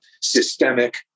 systemic